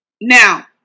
Now